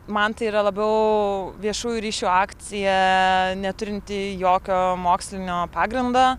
man tai yra labiau viešųjų ryšių akcija neturinti jokio mokslinio pagrindo